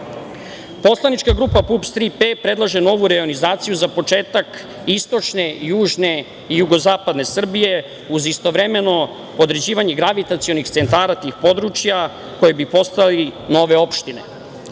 centrom. Poslanička grupa PUPS „Tri P“ predlaže novu reonizaciju za početak istočne, južne i jugozapadne Srbije, uz istovremeno određivanje gravitacionih centara tih područja, koje bi postale nove opštine.Za